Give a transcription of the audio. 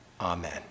Amen